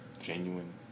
genuine